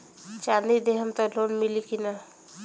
चाँदी देहम त लोन मिली की ना?